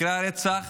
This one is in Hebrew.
מקרי הרצח